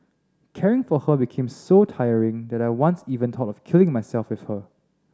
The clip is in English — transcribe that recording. caring for her became so tiring that I once even thought of killing myself with her